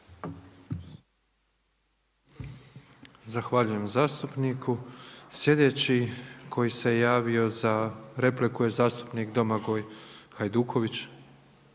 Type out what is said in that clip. Zahvaljujem zastupniku. Prvi koji se javio za repliku je zastupnik Miro Bulj.